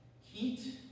heat